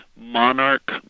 Monarch